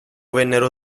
vennero